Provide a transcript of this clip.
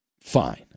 fine